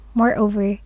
moreover